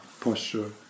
posture